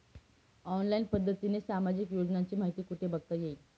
Online पद्धतीने सामाजिक योजनांची माहिती कुठे बघता येईल?